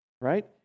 right